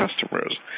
customers